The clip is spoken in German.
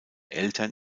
eltern